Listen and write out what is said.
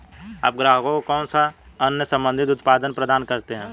आप ग्राहकों को कौन से अन्य संबंधित उत्पाद प्रदान करते हैं?